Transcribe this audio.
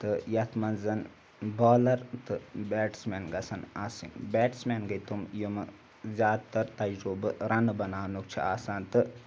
تہٕ یَتھ منٛزَن بالَر تہٕ بیٹٕسمین گژھن آسٕنۍ بیٹٕسمین گٔے تم یِم زیادٕ تَر تجرُبہٕ رَنہٕ بَناونُک چھُ آسان تہٕ